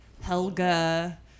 Helga